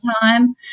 time